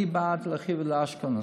אני בעד להרחיב לאשקלון.